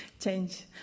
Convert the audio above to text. change